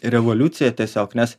revoliucija tiesiog nes